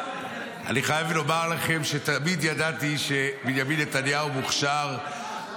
אני חייב לומר לכם שתמיד ידעתי שבנימין נתניהו מוכשר,